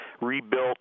rebuilt –